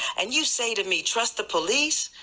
and you say to me trust the police?